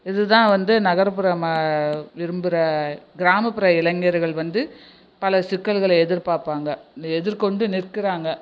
இது தான் வந்து நகர்ப்புற மா விரும்புற கிராமப்புற இளைஞர்கள் வந்து பல சிக்கல்களை எதிர்பார்ப்பாங்க இதை எதிர் கொண்டு நிற்க்குறாங்க